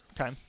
Okay